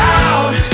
out